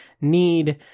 need